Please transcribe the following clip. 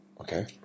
okay